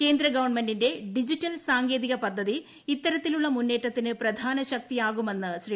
കേന്ദ്രഗവൺമെന്റിന്റെ ഡിജിറ്റൽ സാങ്കേതിക പദ്ധതി ഇത്തരത്തിലുള്ള മുന്നേറ്റത്തിന് പ്രധാന ശക്തിയാകുമെന്ന് ശ്രീ